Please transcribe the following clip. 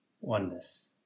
oneness